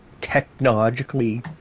technologically